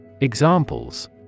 Examples